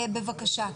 בבקשה.